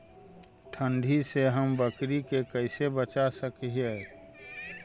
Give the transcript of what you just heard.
ठंडी से हम बकरी के कैसे बचा सक हिय?